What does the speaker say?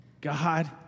God